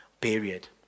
period